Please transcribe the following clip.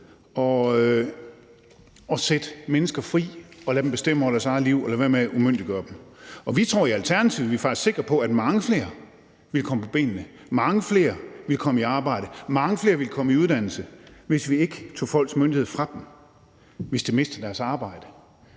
at sætte mennesker fri og lade dem bestemme over deres eget liv og lade være med at umyndiggøre dem. Og vi tror i Alternativet – vi er faktisk sikre på det – at mange flere ville komme på benene, mange flere ville komme i arbejde, mange flere ville komme i uddannelse, hvis man ikke tog folks myndighed fra dem, hvis de mister deres arbejde.